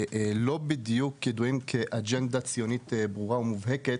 לא בדיוק ידועים עם אג'נדה ציונית ברורה ומוחלטת.